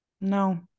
no